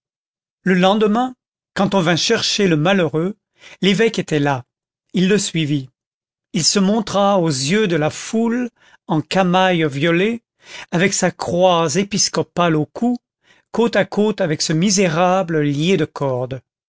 le lendemain quand on vint chercher le malheureux l'évêque était là il le suivit il se montra aux yeux de la foule en camail violet et avec sa croix épiscopale au cou côte à côte avec ce misérable lié de cordes